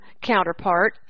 counterpart